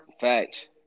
facts